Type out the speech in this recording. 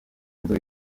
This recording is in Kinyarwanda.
nzu